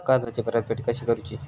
कर्जाची परतफेड कशी करूची?